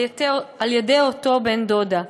על-ידי אותו בן-דודה,